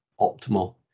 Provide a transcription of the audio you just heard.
optimal